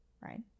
right